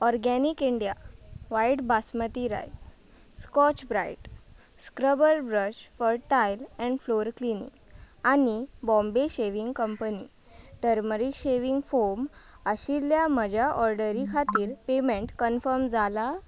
organic India white basmati rice Scotch Brite scrubber brush for tile and floor cleaning आनी Bombay shaving company turmeric shaving foam आशिल्ल्या म्हज्या ऑर्डरी खातीर payment confirm जालां